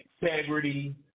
integrity